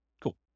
Cool